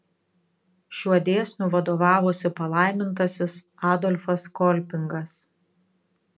šiuo dėsniu vadovavosi palaimintasis adolfas kolpingas